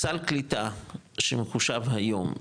סל קליטה שמחושב היום,